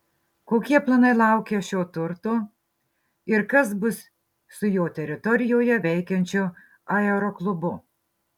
kokie planai laukia šio turto ir kas bus su jo teritorijoje veikiančiu aeroklubu